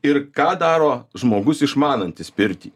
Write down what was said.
ir ką daro žmogus išmanantis pirtį